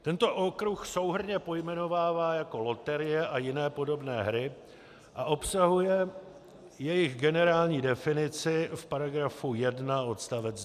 Tento okruh souhrnně pojmenovává jako loterie a jiné podobné hry a obsahuje jejich generální definici v § 1 odst.